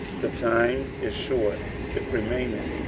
the time is short it remaineth,